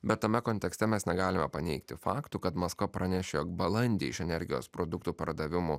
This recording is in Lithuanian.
bet tame kontekste mes negalime paneigti faktų kad maskva pranešė jog balandį iš energijos produktų pardavimų